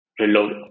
reload